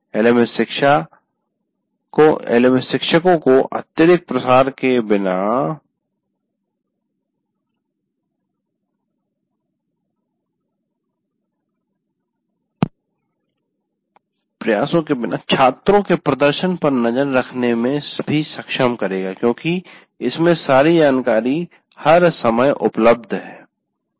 LMS शिक्षकों को अत्यधिक प्रयास के बिना छात्रों के प्रदर्शन पर नज़र रखने में भी सक्षम करेगा क्योंकि इसमें सारी जानकारी हर समय उपलब्ध है